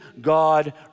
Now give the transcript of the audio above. God